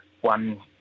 one